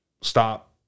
stop